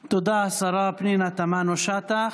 תודה, השרה פנינה תמנו שטה.